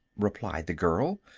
replied the girl.